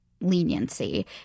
leniency